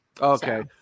okay